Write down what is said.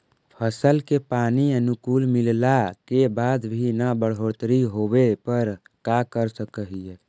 फसल के पानी अनुकुल मिलला के बाद भी न बढ़ोतरी होवे पर का कर सक हिय?